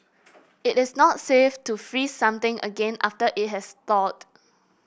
it is not safe to freeze something again after it has thawed